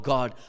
God